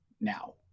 now